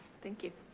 thank you.